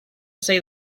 say